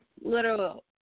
little